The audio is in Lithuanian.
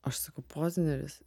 aš sakau pozneris